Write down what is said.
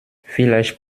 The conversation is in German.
vielleicht